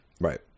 Right